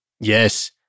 Yes